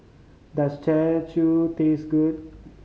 does char chu taste good